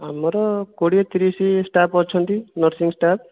ଆମର କୋଡ଼ିଏ ତିରିଶ ଷ୍ଟାଫ୍ ଅଛନ୍ତି ନର୍ସିଂ ଷ୍ଟାଫ୍